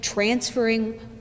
Transferring